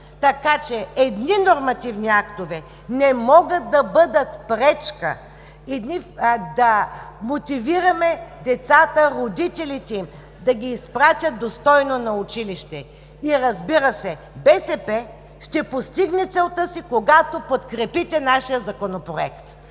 наредба. Едни нормативни актове не могат да бъдат пречка, да мотивираме родителите да изпратят децата достойно на училище и, разбира се, БСП ще постигне целта си, когато подкрепите нашия Законопроект.